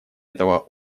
этого